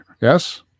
Yes